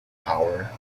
power